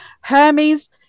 Hermes